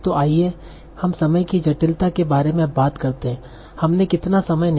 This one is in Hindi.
तो आइए हम समय की जटिलता के बारे में बात करते हैं हमने कितना समय लिया